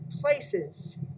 places